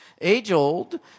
age-old